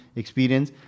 experience